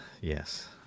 Yes